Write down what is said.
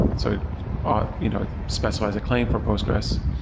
so it ah you know specifies a claim for postgresql.